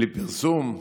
בלי פרסום,